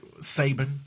Saban